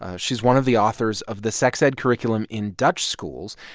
ah she's one of the authors of the sex ed curriculum in dutch schools.